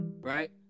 Right